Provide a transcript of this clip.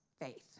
faith